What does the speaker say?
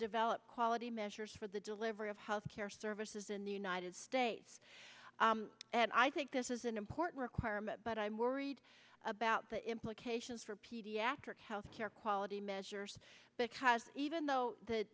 develop quality measures for the delivery of health care services in the united states and i think this is an important requirement but i'm worried about the implications for pediatric health care quality measures because even though that